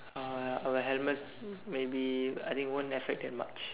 uh a helmet maybe I think won't affect that much